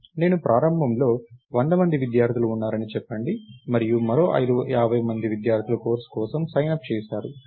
నేను ప్రారంభం లో 100 మంది విద్యార్థులు ఉన్నారని చెప్పండి మరియు మరో 50 మంది విద్యార్థులు కోర్సు కోసం సైన్ అప్ చేసారు